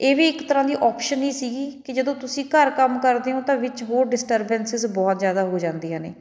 ਇਹ ਵੀ ਇੱਕ ਤਰ੍ਹਾਂ ਦੀ ਔਪਸ਼ਨ ਹੀ ਸੀਗੀ ਕਿ ਜਦੋਂ ਤੁਸੀਂ ਘਰ ਕੰਮ ਕਰਦੇ ਹੋ ਤਾਂ ਵਿੱਚ ਉਹ ਡਿਸਟਰਬੈਂਸਿਸ ਬਹੁਤ ਜ਼ਿਆਦਾ ਹੋ ਜਾਂਦੀਆਂ ਨੇ